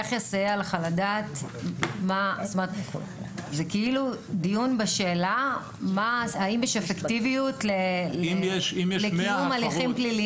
זה כאילו דיון בשאלה האם יש אפקטיביות לקיום הליכים פליליים?